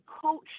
coach